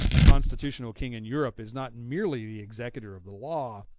a constitutional king in europe is not merely the executor of the law,